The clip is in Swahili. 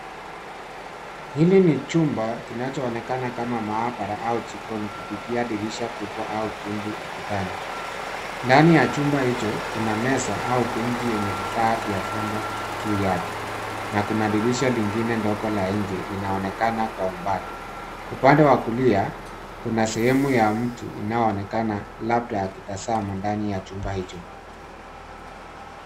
Hili ni chumba kinachoonekana kama maabara au jikoni kupitia dirisha kubwa au tundu ukutani. Ndani ya chumba hicho kuna meza au friji yenye vifaa vya vyombo juu yake na kuna dirisha lingine ndogo la nje linaonekana kwa umbali. Upande wa kulia kuna sehemu ya mtu inayoonekana labda akitazama ndani ya chumba hicho.